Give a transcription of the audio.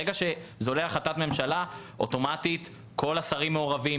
ברגע שזה עולה להחלטת ממשלה אוטומטית כל השרים מעורבים,